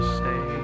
say